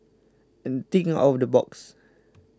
and thinks out of the box